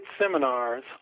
seminars